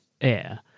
air